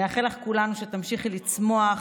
נאחל לך כולנו שתמשיכי לצמוח,